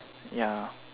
ya